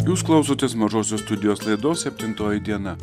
jūs klausotės mažosios studijos laidos septintoji diena